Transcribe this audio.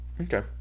Okay